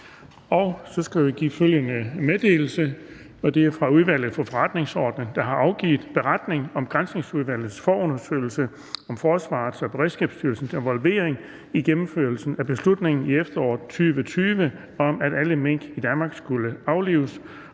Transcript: Den fg. formand (Erling Bonnesen): Udvalget for Forretningsordenen har afgivet: Beretning om Granskningsudvalget forundersøgelse om forsvarets og Beredskabsstyrelsens involvering i gennemførelsen af beslutningen i efteråret 2020 om, at alle mink i Danmark skulle aflives.